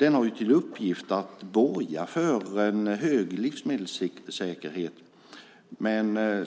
Den har till uppgift att borga för en högre livsmedelssäkerhet men